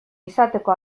izateko